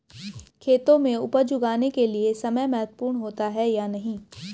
खेतों में उपज उगाने के लिये समय महत्वपूर्ण होता है या नहीं?